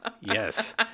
yes